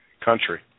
country